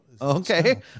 Okay